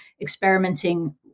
experimenting